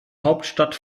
hauptstadt